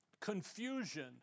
confusion